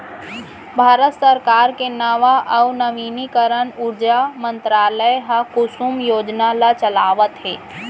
भारत सरकार के नवा अउ नवीनीकरन उरजा मंतरालय ह कुसुम योजना ल चलावत हे